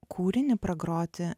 kūrinį pagroti